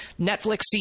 Netflix